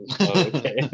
Okay